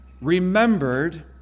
remembered